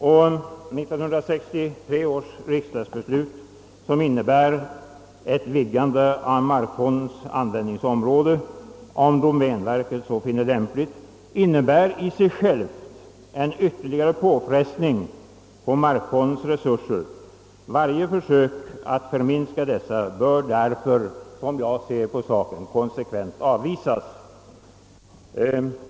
1963 års riksdagsbeslut, som innebär ett vidgande av markfondens användningsområde om domänverket så finner lämpligt, betyder en ytterligare påfrestning på markfondens resurser. Varje försök att minska dessa bör därför konsekvent avvisas.